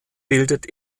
bildet